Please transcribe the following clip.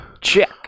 Check